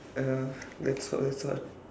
(uh huh) that's all that's all